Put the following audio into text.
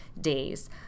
days